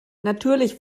natürlich